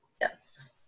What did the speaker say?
Yes